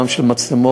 גם של מצלמות,